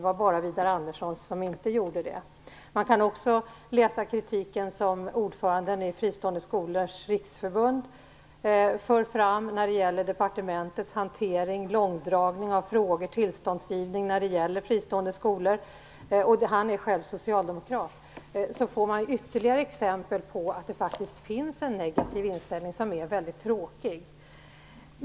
Det var bara Widar Anderssons motion som inte gjorde det. Man kan också se på den kritik som ordföranden i Fristående skolors riksförbund för fram mot departementets hantering, med långdragning av frågor om tillståndsgivning till fristående skolor. Han är själv socialdemokrat. Det är ett ytterligare exempel på att det faktiskt finns en negativ och mycket tråkig inställning.